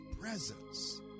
presence